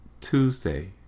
Tuesday